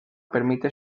permite